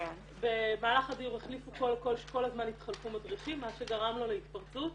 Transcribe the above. במהלך הדיור כל הזמן התחלפו מדריכים מה שגרם לו להתפרצות.